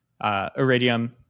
Iridium